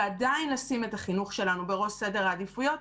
ועדיין נשים את החינוך שלנו בראש סדר העדיפויות,